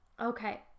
Okay